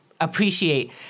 appreciate